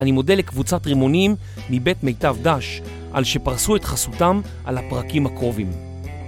אני מודה לקבוצת רימונים מבית מיטב דש על שפרסו את חסותם על הפרקים הקרובים.